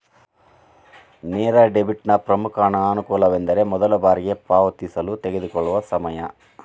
ನೇರ ಡೆಬಿಟ್ನ ಪ್ರಮುಖ ಅನಾನುಕೂಲವೆಂದರೆ ಮೊದಲ ಬಾರಿಗೆ ಪಾವತಿಸಲು ತೆಗೆದುಕೊಳ್ಳುವ ಸಮಯ